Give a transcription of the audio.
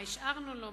מה השארנו לו,